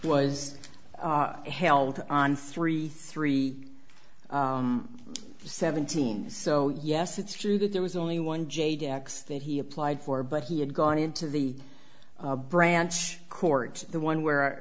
was held on three three seventeen so yes it's true that there was only one j jacks that he applied for but he had gone into the branch courts the one where